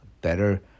Better